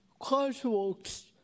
crosswalks